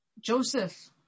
Joseph